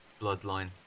bloodline